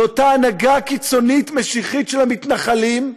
לאותה הנהגה קיצונית, משיחית, של המתנחלים,